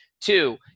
Two